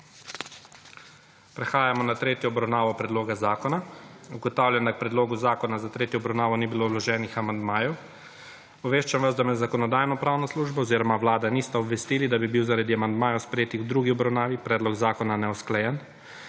Prehajamo na **tretjo obravnavo** predloga zakona. Ugotavljam, da k predlogu zakona za tretjo obravnavo ni bilo vloženih amandmajev. Obveščam vas, da me Zakonodajno-pravna služba oziroma Vlada nista obvestili, da bi bil zaradi amandmajev, sprejetih v drugi obravnavi, predlog zakona neusklajen.